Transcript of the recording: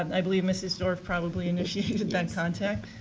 and i believe mrs. dorff probably initiated that contact.